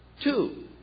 Two